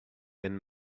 and